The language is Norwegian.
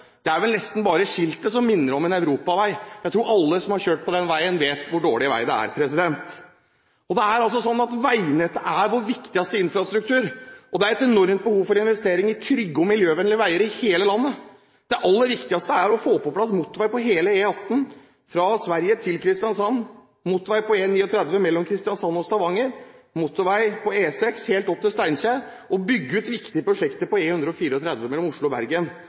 Det er vel nesten bare skiltet som minner om en europavei. Jeg tror alle som har kjørt på den veien, vet hvor dårlig veien er. Veinettet er vår viktigste infrastruktur, og det er et enormt behov for investeringer i trygge og miljøvennlige veier i hele landet. Det aller viktigste er å få på plass motorvei på hele E18 fra Sverige til Kristiansand, motorvei på E39 mellom Kristiansand og Stavanger, motorvei på E6 helt opp til Steinkjer og å bygge ut viktige prosjekter på E134 mellom Oslo og Bergen.